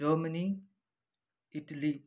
Germany Italy